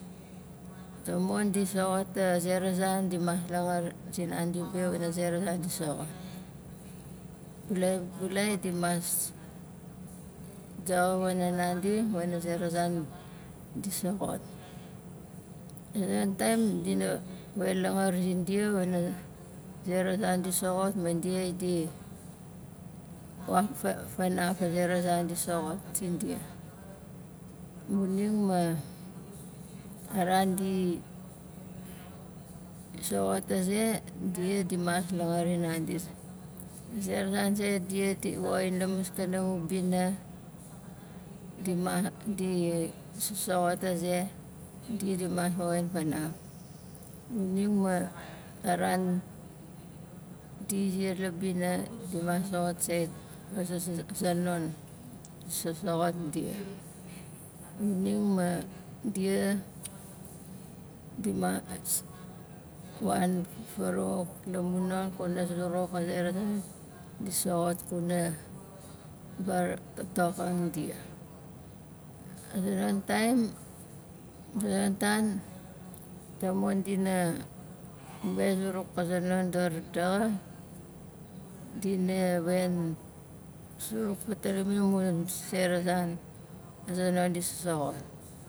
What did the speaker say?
Tamon di soxot a zera zan di mas langar zi nandi be wana zera zan di soxot bulai, bulai di mas daxa wana nandi wana zera zan di soxot a zonon taim di na we langar zindia wana zera zan di soxot ma dia di wafanaf a zera zan di soxot sindia xuning ma a ran di ziar la bina di mas soxot sait a za- za- za non sasaxot dia xuning ma dia wan faraxuk la mun non kuna zuzuruk a zera zan di soxot kuna varavatok a dia a zonon taim a zonon tan tamon dina we zuruk doring daxa dina wen suruk fatalim amun sera zan a zonon di soxot